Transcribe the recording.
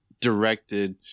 directed